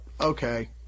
Okay